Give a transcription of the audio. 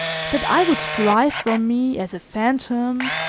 that i would drive from me, as a fantom,